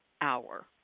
hour